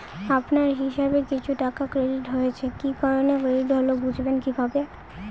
আপনার হিসাব এ কিছু টাকা ক্রেডিট হয়েছে কি কারণে ক্রেডিট হল বুঝবেন কিভাবে?